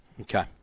Okay